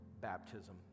baptism